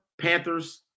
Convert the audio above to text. Panthers